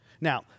Now